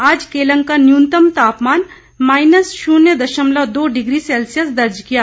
आज केलंग का न्यूनतम तापमान माइनस शून्य दशमलव दो डिग्री सैल्सियस दर्ज किया गया